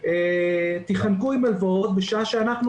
עוד שאלה,